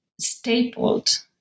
stapled